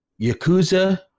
Yakuza